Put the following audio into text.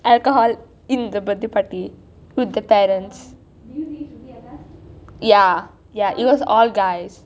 alcohol in the birthday party with the parents ya ya it was all guys